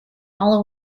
all